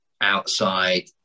outside